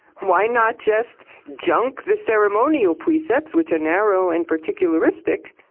why not just junk the ceremonial precepts, which are narrow and particularistic,